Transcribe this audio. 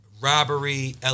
robbery